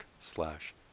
slash